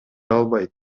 албайт